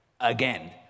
again